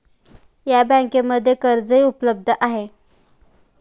या बँकांमध्ये कर्जही उपलब्ध आहे